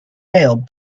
mailed